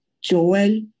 Joel